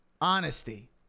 Honesty